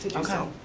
okay.